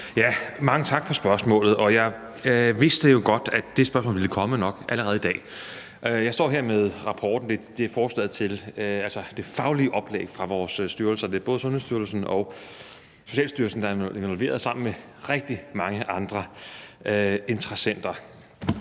Mange tak for spørgsmålet. Jeg vidste jo godt, at det spørgsmål nok ville komme allerede i dag. Jeg står her med rapporten, altså det faglige oplæg fra vores styrelser, både Sundhedsstyrelsen og Socialstyrelsen, der er involveret sammen med rigtig mange andre interessenter.